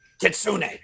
Kitsune